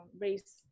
race